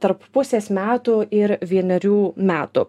tarp pusės metų ir vienerių metų